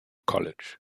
college